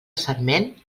sarment